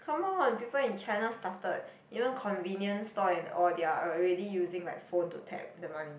come on people in China started even convenient stall and all they're already using like phone to tap the money